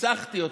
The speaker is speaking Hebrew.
ניסחתי אותו.